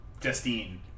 Justine